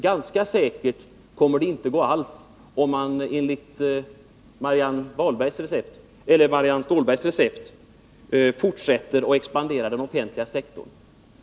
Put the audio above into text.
Ganska säkert kommer det inte att gå alls, om man med Marianne Stålbergs recept fortsätter att expandera den offentliga sektorn.